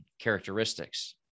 characteristics